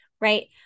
right